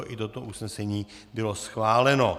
I toto usnesení bylo schváleno.